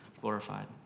glorified